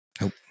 Nope